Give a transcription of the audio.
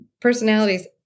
personalities